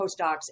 postdocs